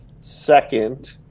second